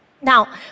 Now